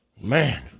man